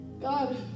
God